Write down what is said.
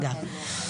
אגב.